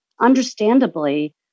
understandably